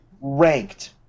ranked